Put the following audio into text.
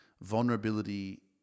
Vulnerability